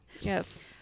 Yes